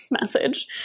message